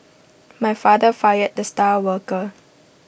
my father fired the star worker